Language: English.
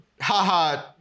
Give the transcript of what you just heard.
Haha